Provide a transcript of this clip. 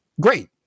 great